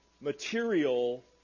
material